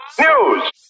News